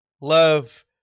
love